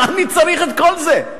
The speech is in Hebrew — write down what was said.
מה אני צריך את כל זה,